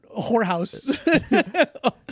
whorehouse